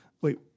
wait